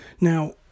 Now